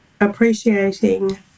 appreciating